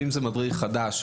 אם זה מדריך חדש,